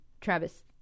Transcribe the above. Travis –